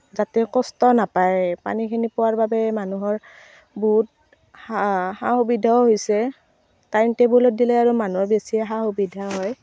যাতে কষ্ট নাপায় পানীখিনি পোৱাৰ বাবে মানুহৰ বহুত সা সা সুবিধাও হৈছে টাইমটেবুলত দিলে আৰু মানুহৰ বেছিয়ে সা সুবিধা হয়